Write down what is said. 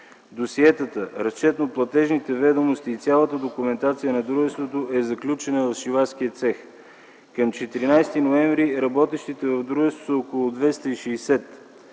Досиетата, разчетно-платежните ведомости и цялата документация на дружеството е заключена в шивашкия цех. Към 14 ноември работещите в дружеството са около 260.